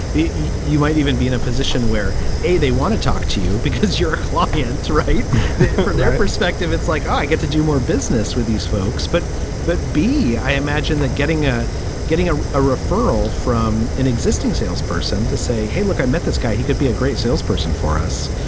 you you might even be in a position where they want to talk to you because you're a client to write their perspective. it's like, oh, i get to do more business with these folks. folks. but but, b, i imagine that getting a getting a a referral from an existing salesperson to say, hey, look, i met this guy, he could be a great salesperson for us.